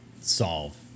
solve